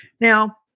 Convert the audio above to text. Now